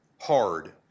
hard